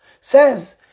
says